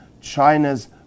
China's